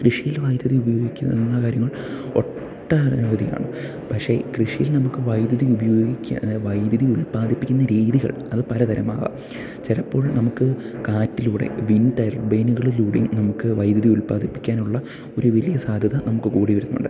കൃഷിയിൽ വൈദ്യുതി ഉപയോഗിക്കുക എന്ന കാര്യങ്ങൾ ഒട്ടനവധിയാണ് പക്ഷേ കൃഷിയിൽ നമുക്ക് വൈദ്യുതി ഉപയോഗിക്കുക അതായത് വൈദ്യുതി ഉല്പാദിപ്പിക്കുന്ന രീതികൾ അത് പലതരമാവാം ചിലപ്പോൾ നമുക്ക് കാറ്റിലൂടെ വിൻഡ് ടർബയിനുകളിലൂടെയും നമുക്ക് വൈദ്യുതി ഉത്പാദിപ്പിക്കാനുള്ള ഒരു വലിയ സാധ്യത നമുക്ക് കൂടി വരുന്നുണ്ട്